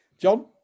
John